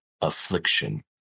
affliction